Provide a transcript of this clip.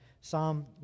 Psalm